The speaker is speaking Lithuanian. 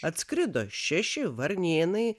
atskrido šeši varnėnai